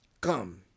Come